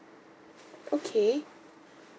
okay